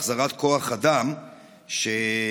להחזרת כוח אדם שברח,